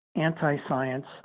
anti-science